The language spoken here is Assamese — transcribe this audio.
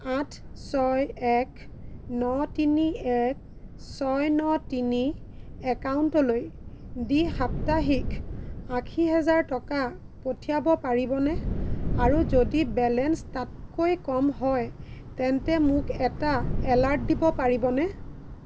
আঠ ছয় এক ন তিনি এক ছয় ন তিনি একাউণ্টলৈ দ্বি সাপ্তাহিক আশী হাজাৰ টকা পঠিয়াব পাৰিবনে আৰু যদি বেলেঞ্চ তাতকৈ কম হয় তেন্তে মোক এটা এলাৰ্ট দিব পাৰিবনে